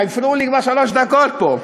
הפריעו לי כבר שלוש דקות פה.